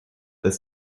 this